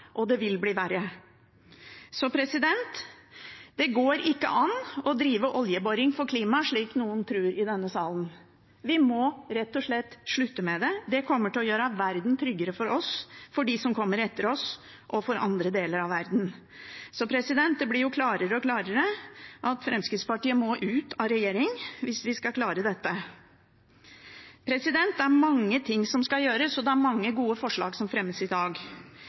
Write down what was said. og det vil bli verre. Det går ikke an å drive oljeboring for klima, slik noen tror i denne salen. Vi må rett og slett slutte med det. Det kommer til å gjøre verden tryggere for oss, for dem som kommer etter oss, og for andre deler av verden. Så det blir jo klarere og klarere at Fremskrittspartiet må ut av regjering hvis vi skal klare dette. Det er mange ting som skal gjøres, og det er mange gode forslag som fremmes i dag.